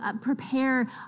prepare